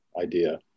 idea